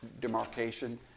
demarcation